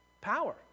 power